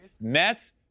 Mets